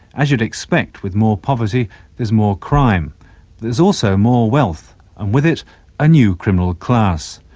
as you'd expect, with more poverty there's more crime. there is also more wealth, and with it a new criminal class.